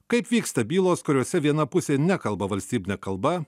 kaip vyksta bylos kuriose viena pusė nekalba valstybine kalba